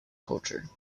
culture